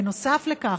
נוסף לכך,